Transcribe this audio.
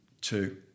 two